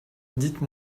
dites